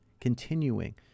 continuing